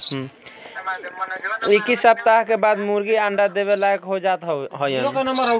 इक्कीस सप्ताह के बाद मुर्गी अंडा देवे लायक हो जात हइन